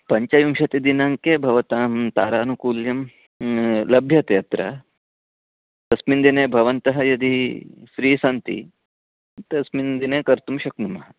पञ्चविंशतिदिनाङ्के भवतां तारानुकूल्यं लभ्यते अत्र तस्मिन् दिने भवन्तः यदि फ्री़ सन्ति तस्मिन् दिने कर्तुं शक्नुमः